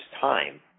time